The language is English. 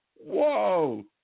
whoa